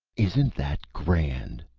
isn't that grand!